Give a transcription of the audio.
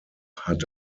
hat